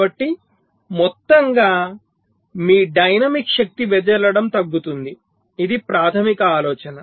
కాబట్టి మొత్తంగా మీ డైనమిక్ శక్తి వెదజల్లడం తగ్గుతుంది ఇది ప్రాథమిక ఆలోచన